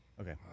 okay